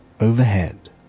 Overhead